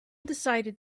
decided